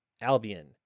Albion